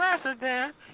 president